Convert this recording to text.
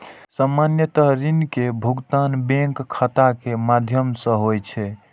सामान्यतः ऋण के भुगतान बैंक खाता के माध्यम सं होइ छै